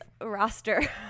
roster